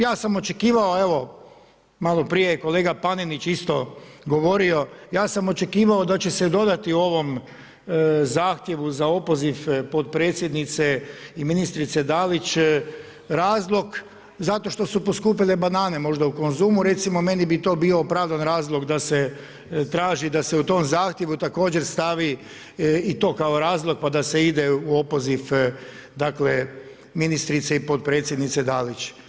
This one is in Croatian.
Ja sam očekivao, evo, maloprije je kolega Panenić isto govorio, ja sam očekivao da će se dodati u ovom zahtjevu za opoziv potpredsjednice i ministrice Dalić razlog, zato što su poskupile banane možda u Konzumu recimo, meni bi to bio opravdan razlog da se traži, da se u tom zahtjevu također stavi i to kao razlog pa da se ide u opoziv ministrice i potpredsjednice Dalić.